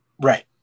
Right